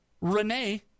renee